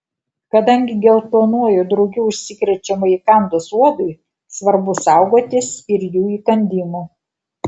kadangi geltonuoju drugiu užsikrečiama įkandus uodui svarbu saugotis ir jų įkandimų